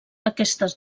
aquestes